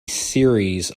series